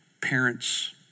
parents